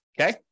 okay